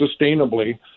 sustainably